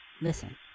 Listen